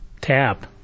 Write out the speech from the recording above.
tap